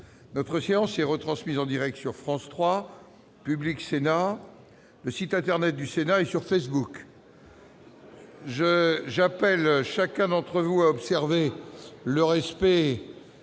la séance est retransmise en direct sur France 3, Public Sénat, le site internet du Sénat et Facebook. J'appelle chacun de vous, mes chers